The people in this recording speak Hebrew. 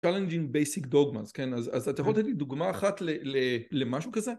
challenging basic dogmas, אז אתה יכול לתת לי דוגמה אחת למשהו כזה?